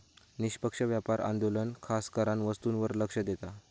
निष्पक्ष व्यापार आंदोलन खासकरान वस्तूंवर लक्ष देता